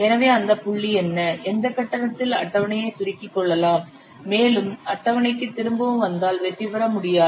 எனவே அந்த புள்ளி என்ன எந்த கட்டத்தில் அட்டவணையை சுருக்கிக் கொள்ளலாம் மேலும் அட்டவணைக்கு திரும்பவும் வந்தால் வெற்றிபெற முடியாது